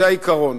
זה העיקרון.